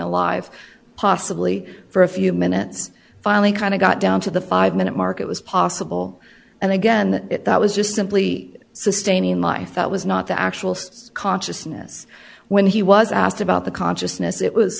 alive possibly for a few minutes finally kind of got down to the five minute mark it was possible and again that was just simply sustaining life that was not the actual consciousness when he was asked about the consciousness it was